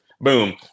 Boom